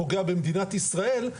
פוגע במדינת ישראל,